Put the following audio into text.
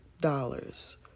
dollars